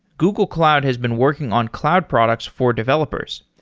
google cloud has been working on cloud products for developers.